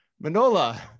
Manola